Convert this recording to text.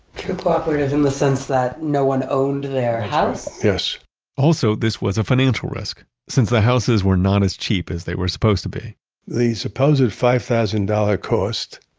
true cooperative is in the sense that no one owned their house? yes also, this was a financial risk. since the houses were not as cheap as they were supposed to be the supposed five thousand dollars cost,